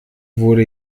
wurde